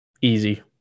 Easy